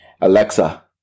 Alexa